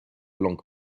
langues